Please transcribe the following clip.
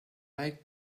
like